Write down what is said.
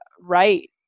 right